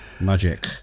magic